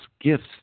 gifts